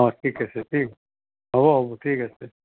অঁ ঠিক আছে ঠিক হ'ব হ'ব ঠিক আছে